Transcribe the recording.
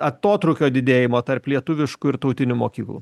atotrūkio didėjimo tarp lietuviškų ir tautinių mokyklų